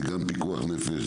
זה גם פיקוח נפש,